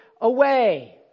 away